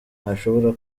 ntashobora